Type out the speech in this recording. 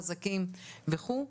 חזקים וכו'.